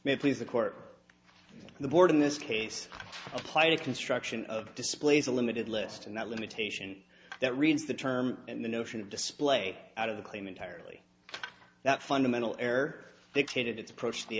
may please the court and the board in this case apply to construction of displays a limited list and that limitation that reads the term and the notion of display out of the claim entirely that fundamental error dictated its approach the